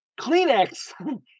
Kleenex